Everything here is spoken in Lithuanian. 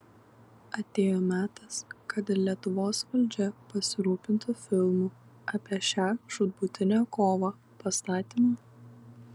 atėjo metas kad ir lietuvos valdžia pasirūpintų filmų apie šią žūtbūtinę kovą pastatymu